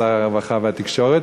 שר הרווחה והתקשורת.